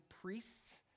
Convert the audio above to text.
priests